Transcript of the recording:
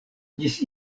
ĝis